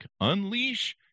Unleash